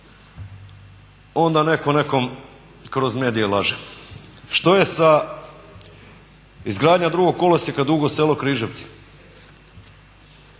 onda netko nekom kroz medije laže. Šta je sa izgradnja drugog kolosijeka Dugo Selo-Križevci?